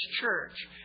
church